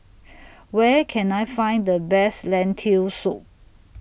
Where Can I Find The Best Lentil Soup